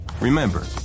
Remember